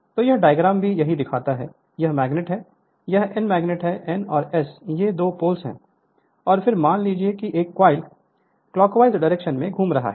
तो यह डायग्राम यह भी देखता है कि यह मैग्नेट है यह N मैग्नेट है N और S ये दो पोल्स हैं और फिर मान लीजिए कि एक कॉइल क्लाकवाइज डायरेक्शन में घूम रहा है